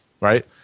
right